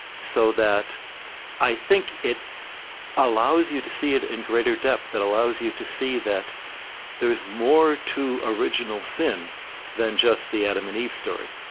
so that i think it allows you to see it in greater depth, that allows you to see that there is more to original sin than just the adam and eve story.